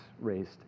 raised